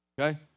Okay